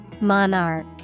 monarch